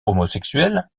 homosexuel